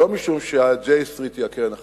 לא משום שה-J Street הוא הקרן החדשה,